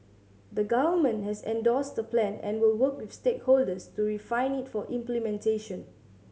the Government has endorsed the plan and will work with stakeholders to refine it for implementation